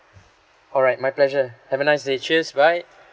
alright my pleasure have a nice day cheers bye